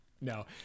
No